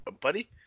Buddy